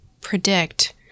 predict